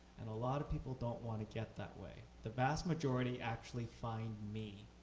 and a lot of people don't want to get that way the vast majority actually find me,